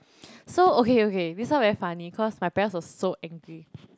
so okay okay this one very funny cause my parents was so angry